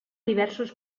diversos